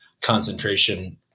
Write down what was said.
concentration